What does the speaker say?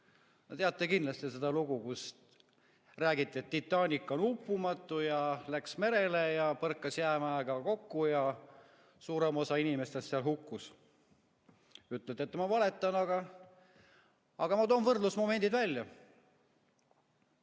teate kindlasti seda lugu, kus räägiti, et Titanic on uppumatu, läks merele ja põrkas jäämäega kokku ja suurem osa inimestest hukkus. Ütlete, et ma valetan, aga ma toon võrdlusmomendid välja.